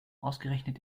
ausgerechnet